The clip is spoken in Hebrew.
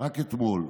רק אתמול,